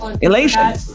elation